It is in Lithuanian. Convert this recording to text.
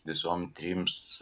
visom trims